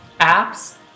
Apps